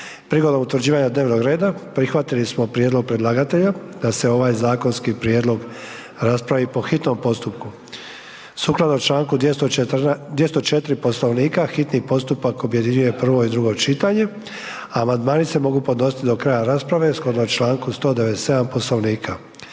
prigodom utvrđivanja dnevnog reda prihvaćen je prijedlog predlagatelja da se ovaj zakonski prijedlog raspravi po hitnom postupku. Sukladno čl. 204. Poslovnika, hitni postupak objedinjuje prvo i drugo čitanje, a amandmani se mogu podnositi do kraja rasprave sukladno čl. 197. Poslovnika.